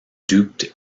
duped